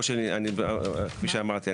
כפי שאמרתי,